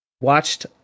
Watched